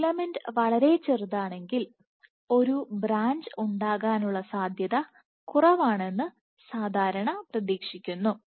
filament വളരെ ചെറുതാണെങ്കിൽ ഒരു ബ്രാഞ്ച് ഉണ്ടാകാനുള്ള സാധ്യത കുറവാണെന്ന് സാധാരണ പ്രതീക്ഷിക്കുന്നു